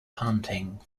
hunting